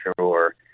sure